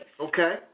Okay